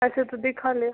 ऐसे तो दिखा ले